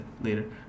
later